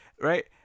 right